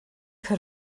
could